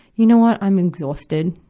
you know what, i'm exhausted.